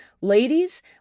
Ladies